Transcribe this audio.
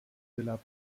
villa